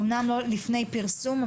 אמנם לא לפני פרסום,